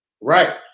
Right